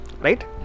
right